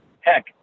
heck